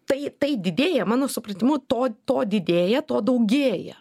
tai tai didėja mano supratimu to to didėja to daugėja